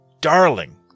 Darling